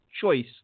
choice